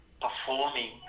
performing